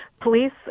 Police